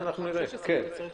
אנחנו --- כן,